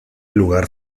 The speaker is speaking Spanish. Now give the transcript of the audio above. lugar